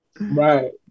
right